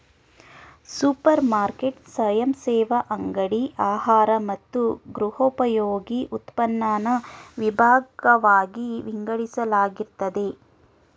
super market ಸ್ವಯಂಸೇವಾ ಅಂಗಡಿ ಆಹಾರ ಮತ್ತು ಗೃಹೋಪಯೋಗಿ ಉತ್ಪನ್ನನ ವಿಭಾಗ್ವಾಗಿ ವಿಂಗಡಿಸಲಾಗಿರ್ತದೆ